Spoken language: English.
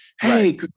Hey